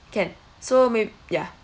can so may~ ya